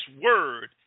word